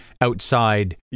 outside